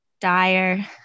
dire